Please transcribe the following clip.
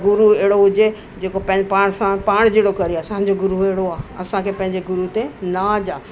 गुरु अहिड़ो हुजे जेको पंहिंजे पाण सां पाण जहिड़ो करे असांजो गुरु अहिड़ो आहे असांखे पंहिंजे गुरु ते नाज़ु आहे